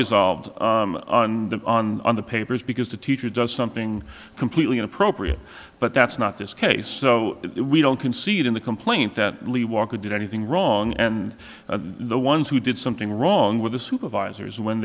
resolved on the papers because the teacher does something completely inappropriate but that's not this case so we don't concede in the complaint that lea walker did anything wrong and the ones who did something wrong with the supervisors when